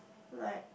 like